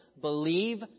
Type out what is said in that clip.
believe